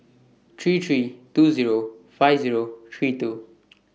three three two Zero five Zero three two